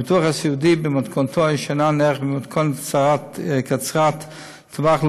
הביטוח הסיעודי במתכונתו הישנה נערך במתכונת קצרת טווח,